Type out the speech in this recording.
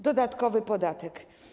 Dodatkowy podatek.